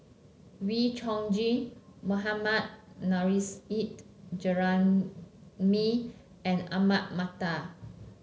Wee Chong Jin Mohammad Nurrasyid Juraimi and Ahmad Mattar